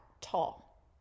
tall